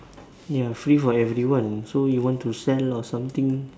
ya free for everyone so you want to sell or something